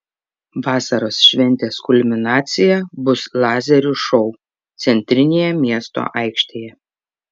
vasaros šventės kulminacija bus lazerių šou centrinėje miesto aikštėje